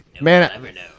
Man